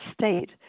state